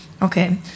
Okay